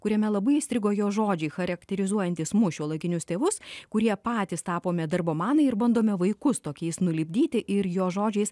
kuriame labai įstrigo jo žodžiai charakterizuojantys mus šiuolaikinius tėvus kurie patys tapome darbomanai ir bandome vaikus tokiais nulipdyti ir jo žodžiais